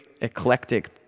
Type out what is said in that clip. eclectic